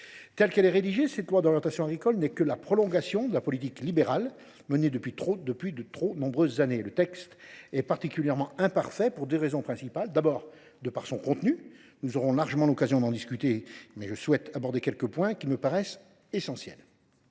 Telle qu’elle est rédigée, cette loi d’orientation agricole n’est que la prolongation de la politique libérale menée depuis de trop nombreuses années. Le texte est particulièrement imparfait pour deux raisons principales. Il l’est tout d’abord par son contenu. Nous aurons largement l’occasion d’en discuter, mais je souhaite aborder quelques points qui me paraissent essentiels.